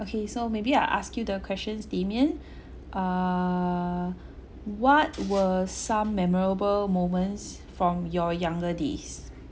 okay so maybe I'll ask you the questions damian err what were some memorable moments from your younger days